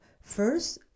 first